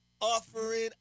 Offering